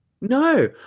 No